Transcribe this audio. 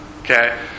Okay